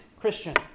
Christians